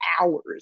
hours